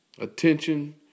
attention